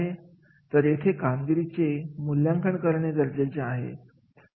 तर येथे कामगिरीचे मूल्यांकन करणे गरजेचे आहे